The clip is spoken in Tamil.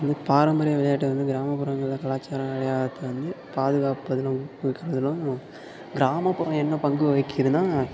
பாரம்பரிய விளையாட்டு வந்து கிராமப்புறங்களில் கலாச்சார அடையாளத்தை வந்து பாதுகாப்பதிலும் ஊக்குவிக்கிறதிலும் கிராமப்புறம் என்ன பங்கு வகிக்கிதுன்னால்